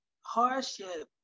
hardship